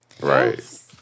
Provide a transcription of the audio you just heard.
Right